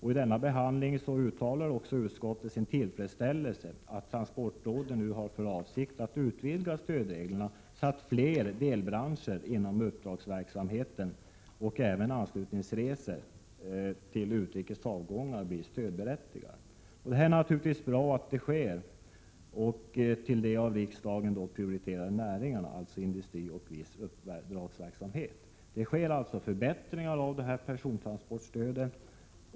I denna behandling uttalade utskottet sin tillfredsställelse över att transportrådet nu har för avsikt att utvidga stödreglerna så att fler delbranscher inom uppdragsverksamheten och även anslutningsresor till utrikes avgångar blir stödberättigade. Det är naturligtvis bra att de av riksdagen prioriterade näringarna, alltså industri och viss uppdragsverksamhet, får detta stöd. Det sker alltså förbättringar av persontransportstödet.